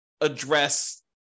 address